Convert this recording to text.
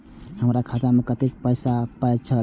हमर खाता मे कतैक पाय बचल छै